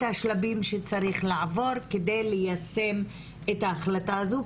השלבים שצריך לעבור כדי ליישם את ההחלטה הזו.